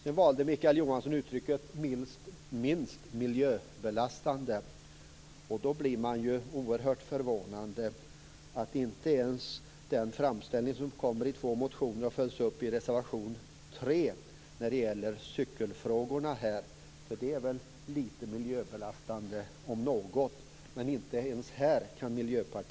Sedan valde Mikael Johansson uttrycket "minst miljöbelastande". Då är det oerhört förvånande att Miljöpartiet inte kan vara med och stödja det som har lagts fram i två motioner och följts upp i reservation 3 när det gäller cykelfrågorna, för det är väl lite miljöbelastande om något.